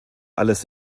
alles